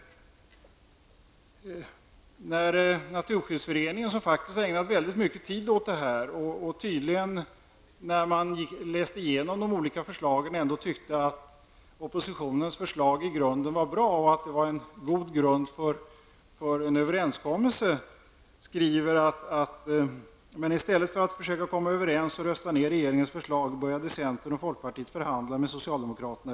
Naturskyddsföreningen har faktiskt ägnat väldigt mycket tid åt denna fråga. Och när man läste igenom de olika förslagen tyckte man tydligen ändå att oppositionens förslag i grunden var bra och att det utgjorde en god grund för en överenskommelse. Naturskyddsföreningen skriver i en analys: Men i stället för att försöka komma överens och rösta ner regeringens förslag började centern och folkpartiet förhandla med socialdemokraterna.